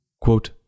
Quote